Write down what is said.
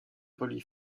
relie